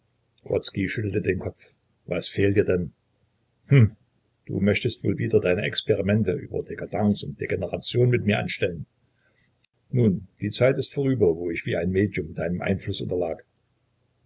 schüttelte den kopf was fehlt dir denn hm du möchtest wohl wieder deine experimente über decadence und degeneration mit mir anstellen nun die zeit ist vorüber wo ich wie ein medium deinem einfluß unterlag